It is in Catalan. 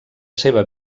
seva